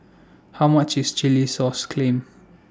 How much IS Chilli Sauce Clams